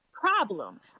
problem